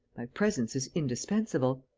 presence is indispensable.